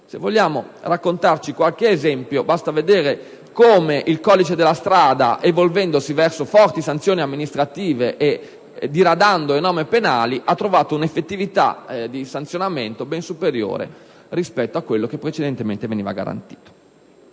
Se vogliamo fare qualche esempio, basta vedere come il codice della strada, evolvendosi nella direzione di forti sanzioni amministrative e diradando le norme penali, abbia trovato una effettività sanzionatoria ben superiore rispetto a quella che precedentemente veniva garantita.